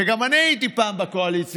גם אני הייתי פעם בקואליציה,